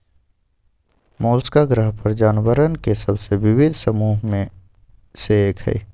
Mollusca ग्रह पर जानवरवन के सबसे विविध समूहन में से एक हई